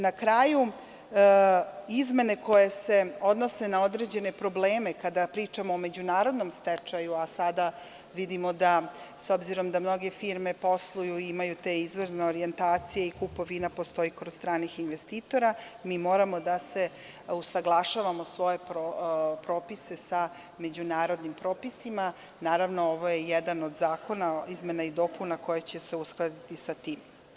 Na kraju, izmene koje se odnose na određene probleme, kada pričamo o međunarodnom stečaju, a sada vidimo da, s obzirom da mnoge firme posluju i imaju te izvorne orjentacije, i kupovina postoji kod stranih investitora, mi moramo da se usaglašavamo svoje propise sa međunarodnim propisima, naravno ovo je jedan od zakona, izmena i dopuna koja će se uskladiti sa tim.